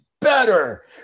better